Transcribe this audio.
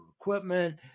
equipment